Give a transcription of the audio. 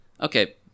Okay